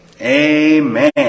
Amen